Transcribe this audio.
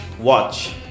Watch